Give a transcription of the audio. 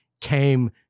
came